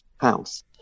house